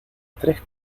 tres